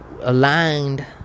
aligned